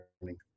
learning